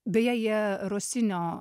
beje jie rosinio